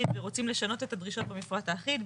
ורוצים לשנות את הדרישות במפרט האחיד,